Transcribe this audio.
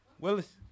Willis